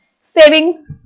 saving